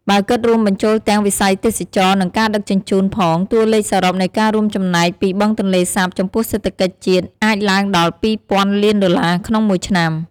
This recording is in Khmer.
បើគិតរួមបញ្ចូលទាំងវិស័យទេសចរណ៍ និងការដឹកជញ្ជូនផង តួលេខសរុបនៃការរួមចំណែកពីបឹងទន្លេសាបចំពោះសេដ្ឋកិច្ចជាតិអាចឡើងដល់ ២ ពាន់លានដុល្លារក្នុងមួយឆ្នាំ។